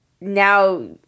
now